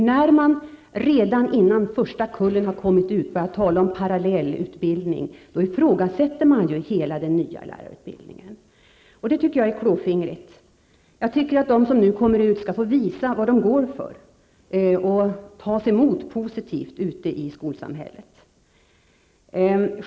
Om man redan innan den första kullen har kommit ut börjar tala om parallell utbildning, ifrågasätter man ju hela den nya lärarutbildningen, och det tycker jag är klåfingrigt. De som nu kommer ut bör enligt min uppfattning få visa vad de går för och tas emot positivt ute i skolsamhället.